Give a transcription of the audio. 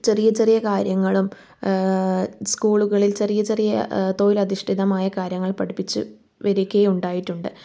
ചെറിയ ചെറിയ കാര്യങ്ങളും സ്കൂളുകളിൽ ചെറിയ ചെറിയ തൊഴിൽ അധിഷ്ഠിതമായ കാര്യങ്ങൾ പഠിപ്പിച്ചു വരികയും ഉണ്ടായിട്ടുണ്ട്